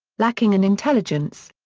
lacking in intelligence.